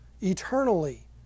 eternally